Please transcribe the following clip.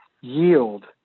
Yield